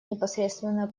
непосредственно